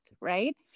right